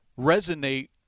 resonate